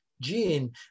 gene